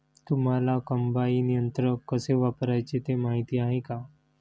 तुम्हांला कम्बाइन यंत्र कसे वापरायचे ते माहीती आहे का?